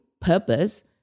purpose